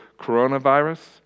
coronavirus